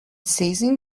seizing